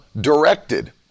directed